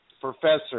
Professor